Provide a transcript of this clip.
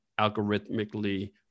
algorithmically